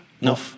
No